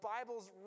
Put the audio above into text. Bible's